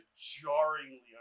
jarringly